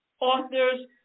authors